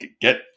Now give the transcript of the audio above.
get